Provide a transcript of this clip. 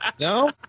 No